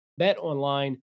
BetOnline